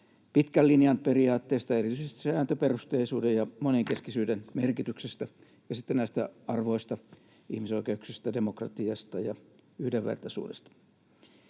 pitkän linjan periaatteista, erityisesti sääntöperusteisuuden ja monenkeskisyyden merkityksestä ja sitten näistä arvoista, ihmisoikeuksista ja demokratiasta ja yhdenvertaisuudesta.